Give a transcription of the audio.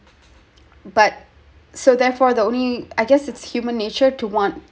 but so therefore the only I guess it's human nature to want